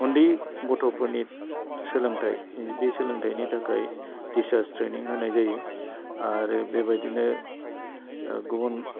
उन्दै गथ'फोरनि सोलोंथाइ बे सोलोंथाइनि थाखाय टिचारस ट्रेनिं होन्नाय जायो आरो बे बायदिनो गुबुन